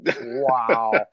Wow